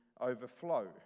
overflow